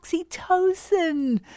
oxytocin